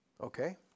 Okay